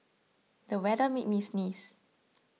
the weather made me sneeze